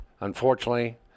Unfortunately